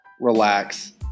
relax